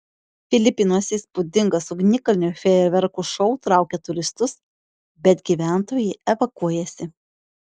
filipinuose įspūdingas ugnikalnio fejerverkų šou traukia turistus bet gyventojai evakuojasi